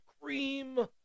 Cream